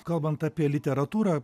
kalbant apie literatūrą